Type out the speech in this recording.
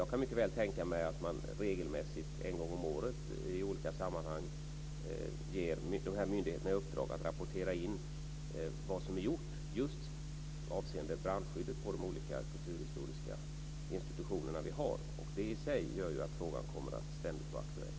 Jag kan mycket väl tänka mig att man regelmässigt, en gång om året, i olika sammanhang ger de här myndigheterna i uppdrag att rapportera in vad som är gjort just avseende brandskyddet på de olika kulturhistoriska institutioner vi har. Det i sig gör ju att frågan ständigt kommer att vara aktuell.